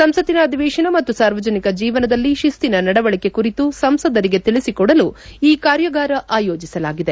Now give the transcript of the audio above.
ಸಂಸತ್ತಿನ ಅಧಿವೇಶನ ಮತ್ತು ಸಾರ್ವಜನಿಕ ಜೀವನದಲ್ಲಿ ಶಿಸ್ತಿನ ನಡವಳಿಕೆ ಕುರಿತು ಸಂಸದರಿಗೆ ತಿಳಿಸಿಕೊಡಲು ಈ ಕಾರ್ಯಾಗಾರ ಆಯೋಜಿಸಲಾಗಿದೆ